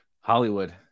Hollywood